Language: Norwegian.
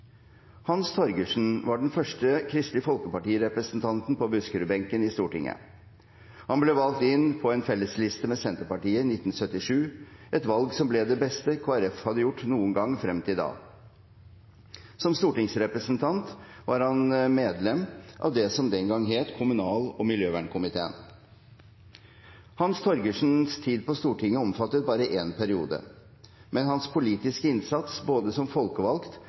Hans Torgersen var den første Kristelig Folkeparti-representanten på Buskerudbenken i Stortinget. Han ble valgt inn på en fellesliste med Senterpartiet i 1977, et valg som ble det beste Kristelig Folkeparti hadde gjort noen gang frem til da. Som stortingsrepresentant var han medlem av det som den gang het kommunal- og miljøvernkomiteen. Hans Torgersens tid på Stortinget omfattet bare én periode, mens hans politiske innsats både som folkevalgt